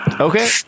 Okay